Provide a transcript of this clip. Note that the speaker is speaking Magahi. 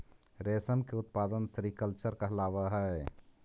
रेशम के उत्पादन सेरीकल्चर कहलावऽ हइ